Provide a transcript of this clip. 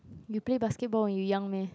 you play basketball when you young meh